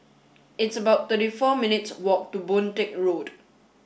it's about thirty four minutes' walk to Boon Teck Road